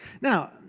Now